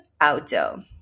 AUTO